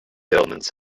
ailments